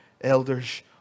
elders